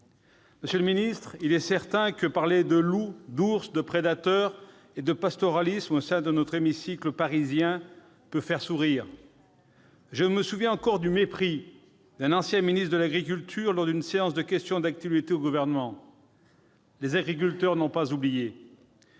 Monsieur le ministre, il est certain que parler de loup, d'ours, de prédateurs et de pastoralisme au sein de notre hémicycle parisien peut faire sourire. Je me souviens encore du mépris d'un ancien ministre de l'agriculture lors d'une séance de questions d'actualité au Gouvernement- les agriculteurs n'ont pas oublié